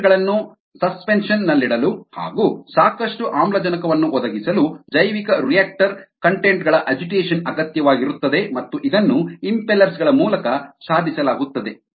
content ಗಳನ್ನು suspension ನಲ್ಲಿಡಲು ಹಾಗೂ ಸಾಕಷ್ಟು ಆಮ್ಲಜನಕವನ್ನು ಒದಗಿಸಲು ಜೈವಿಕರಿಯಾಕ್ಟರ್ ಕಂಟೆಂಟ್ ಗಳ ಅಜಿಟೇಷನ್ ಅಗತ್ಯವಾಗಿರುತ್ತದೆ ಮತ್ತು ಇದನ್ನು ಇಂಫೆಲ್ಲರ್ಸ್ ಗಳ ಮೂಲಕ ಸಾಧಿಸಲಾಗುತ್ತದೆ